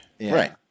Right